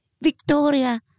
Victoria